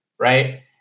right